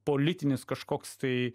politinis kažkoks tai